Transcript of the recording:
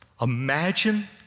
Imagine